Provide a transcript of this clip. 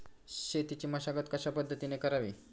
शेतीची मशागत कशापद्धतीने करावी?